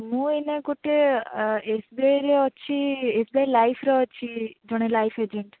ମୁଁ ଏଇନା ଗୋଟେ ଏସବିଆଇରେ ଅଛି ଏସ ବି ଆଇ ଲାଇଫର ଅଛି ଜଣେ ଲାଇଫ ଏଜେଣ୍ଟ